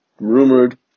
rumored